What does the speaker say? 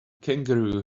kangaroo